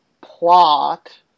plot